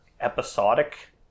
episodic